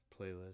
Playlist